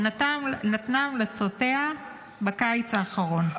שנתנה המלצותיה בקיץ האחרון.